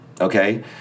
okay